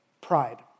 pride